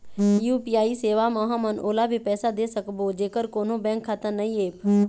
UPI सेवा म हमन ओला भी पैसा दे सकबो जेकर कोन्हो बैंक खाता नई ऐप?